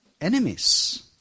enemies